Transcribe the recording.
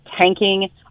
tanking